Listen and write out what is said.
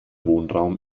wohnraum